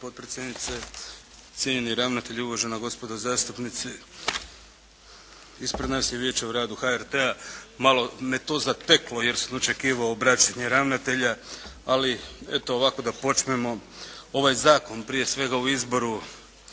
potpredsjednice, cijenjeni ravnatelju, uvažena gospodo zastupnici. Ispred nas je Izvješće o radu HRT-a. Malo me to zateklo jer sam očekivao obraćanje ravnatelja. Ali eto ovako da počnemo. Ovaj Zakon prije svega o izboru